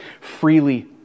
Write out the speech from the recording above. freely